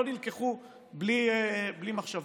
לא נלקחו בלי מחשבה.